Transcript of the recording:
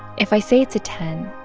if i say it's a ten,